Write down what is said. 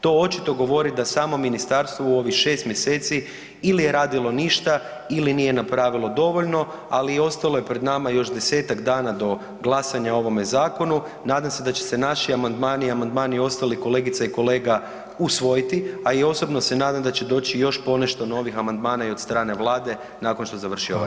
To očito govori da samo ministarstvo u ovih šest mjeseci ili je radilo ništa ili nije napravilo dovoljno, ali i ostalo je pred nama još desetak dana do glasanja o ovome zakonu, nadam se da će se naši amandmani i amandmani ostalih kolegica i kolega usvojiti, a i osobno se nadam da će doći još ponešto novih amandmana i od strane Vlade nakon što završi ova rasprava.